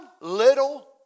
little